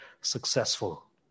successful